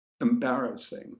embarrassing